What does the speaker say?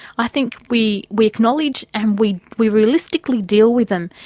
i think we we acknowledge and we we realistically deal with them,